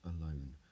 alone